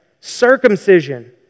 circumcision